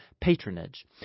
patronage